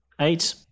Eight